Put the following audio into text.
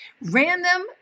random